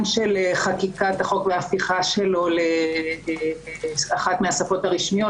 חקיקת החוק והפיכת השפה הערבית לאחת השפות הרשמיות,